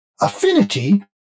affinity